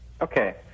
Okay